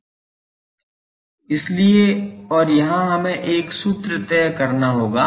इसलिए और यहां हमें एक सूत्र तय करना होगा